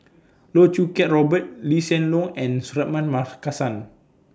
Loh Choo Kiat Robert Lee Hsien Loong and Suratman Markasan